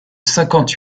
cinquante